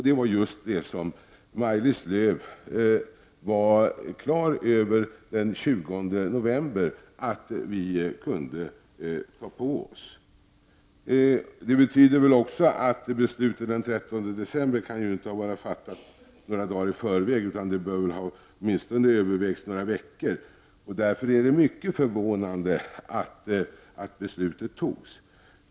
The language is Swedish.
Det var just det antal som Maj-Lis Lööw den 20 november var på det klara med att vi kunde ta på oss. Det betyder väl också att beslutet den 13 december inte kan vara fattat några dagar i förväg, utan det bör väl åtminstone ha övervägts i några veckor. Därför är det mycket förvånande att beslutet fattades.